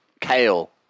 kale